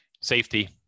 safety